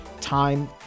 time